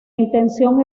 intención